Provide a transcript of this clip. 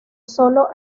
solo